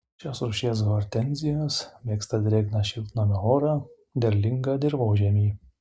šios rūšies hortenzijos mėgsta drėgną šiltnamio orą derlingą dirvožemį